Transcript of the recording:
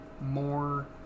more